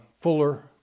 Fuller